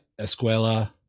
Escuela